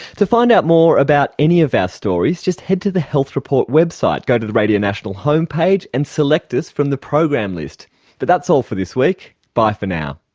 to find out more about any of our stories just head to the health report website. go to the radio national homepage and select us from the program list. but that's all for this week, bye for now